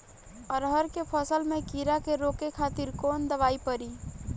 अरहर के फसल में कीड़ा के रोके खातिर कौन दवाई पड़ी?